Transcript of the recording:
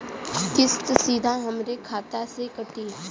किस्त सीधा हमरे खाता से कटी?